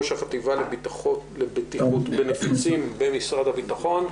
ראש החטיבה לבטיחות בנפיצים במשרד הביטחון.